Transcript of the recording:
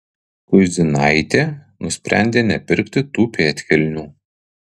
kuizinaitė nusprendė nepirkti tų pėdkelnių